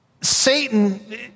Satan